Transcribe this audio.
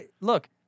look